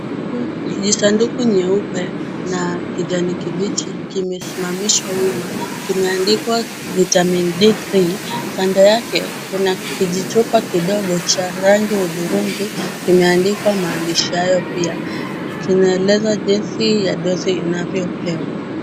Kisanduku nyeupe na kijani kibichi kimesimamishwa wima, kimeandikwa vitamin A creme, kando yake kuna kijichupa kidogo cha hudhurungi kimeandikwa maandishi hayo pia. Kimeeleza jinsi ya dozi inavyopewa.